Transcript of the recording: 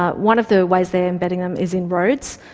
ah one of the ways they're embedding them is in roads.